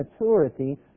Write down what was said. maturity